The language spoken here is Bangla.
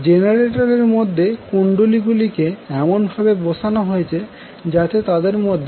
জেনারেটর এর মধ্যে কুণ্ডলী গুলিকে এমনভাবে বসানো হয়েছে যাতে তাদের মধ্যে 90০ ফেজের পার্থক্যহয়